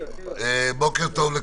בוקר טוב,